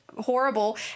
horrible